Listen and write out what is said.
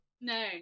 no